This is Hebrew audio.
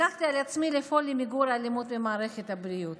לקחתי על עצמי לפעול למיגור האלימות במערכת הבריאות.